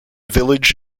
village